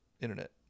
Internet